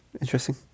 Interesting